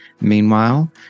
meanwhile